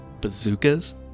bazookas